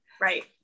Right